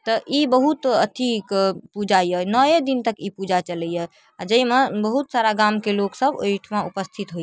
तऽ ई बहुत अथीके पूजा अइ नौए दिन तक ई पूजा चलैए आओर जाहिमे बहुत सारा गामके लोकसभ ओहिठाम उपस्थित होइ छै